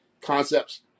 concepts